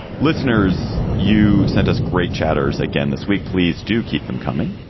listeners, you sent us great chatter's again this week. please do keep them coming.